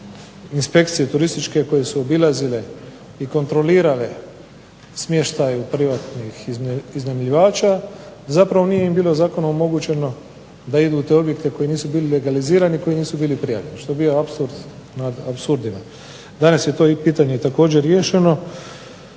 inspekcije turističke koje su obilazile i kontrolirale smještaj u privatnih iznajmljivača zapravo nije im bilo zakonom omogućeno da idu u te objekte koji nisu bili legalizirani, koji nisu bili prijavljeni. Što je bio apsurd nad apsurdima. Danas je to pitanje također riješeno